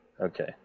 Okay